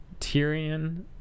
Tyrion